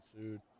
sued